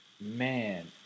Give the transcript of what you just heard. Man